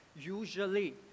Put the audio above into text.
Usually